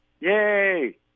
Yay